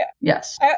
Yes